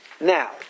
now